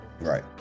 right